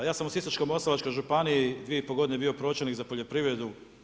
Ja sam u Sisačko-moslavačkoj županiji 2,5 godine bio pročelnik za poljoprivredu.